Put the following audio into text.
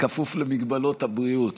כנסת נכבדה,